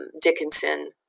Dickinson